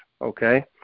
Okay